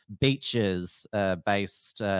Beaches-based